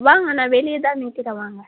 வாங்க நான் வெளியே தான் நிற்கிறேன் வாங்க